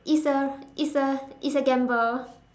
it's a it's a it's a gamble